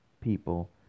people